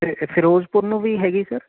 ਫਿਰੋਜ਼ਪੁਰ ਨੂੰ ਵੀ ਹੈਗੀ ਸਰ